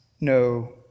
no